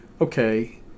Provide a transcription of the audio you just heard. okay